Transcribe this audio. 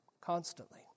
constantly